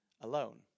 alone